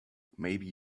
maybe